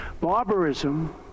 Barbarism